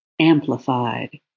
amplified